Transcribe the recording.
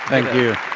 thank you.